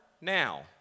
now